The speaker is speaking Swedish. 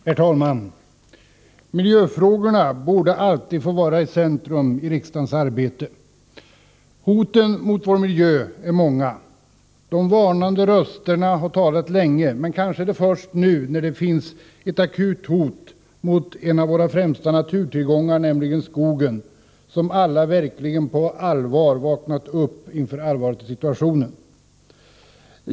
Herr talman! Miljöfrågorna borde alltid få vara i centrum i riksdagens arbete. Hoten mot vår miljö är många. De varnande rösterna har hörts länge, men kanske är det först nu när det finns ett akut hot mot en av våra främsta naturtillgångar, nämligen skogen, som alla verkligen på allvar vaknat upp inför denna allvarliga situation.